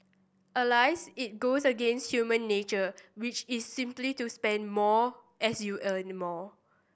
Alas it goes against human nature which is simply to spend more as you earn any more